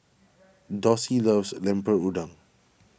Dossie loves Lemper Udang